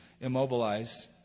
immobilized